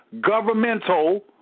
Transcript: governmental